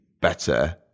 better